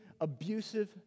abusive